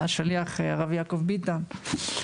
היה השליח הרב יעקב ביטון.